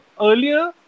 earlier